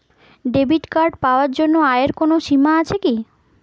Debit card পাওয়ার জন্য আয়ের কোনো সীমা আছে কি?